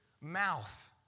mouth